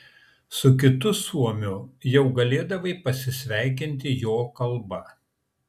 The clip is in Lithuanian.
su kitu suomiu jau galėdavai pasisveikinti jo kalba